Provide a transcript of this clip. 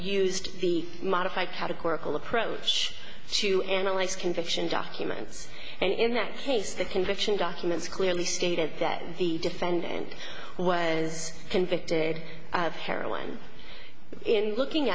used the modified categorical approach to analyze conviction documents and in that case the conviction documents clearly stated that the defendant was convicted of heroin in looking